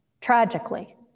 tragically